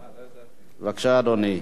בבקשה, אדוני.